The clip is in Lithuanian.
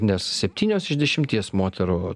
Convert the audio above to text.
nes septynios iš dešimties moterų